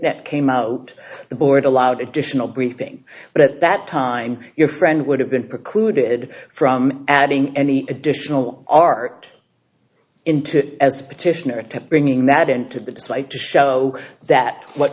that came out the board allowed additional briefings but at that time your friend would have been precluded from adding any additional art intuit as a petitioner kept bringing that into the display to show that what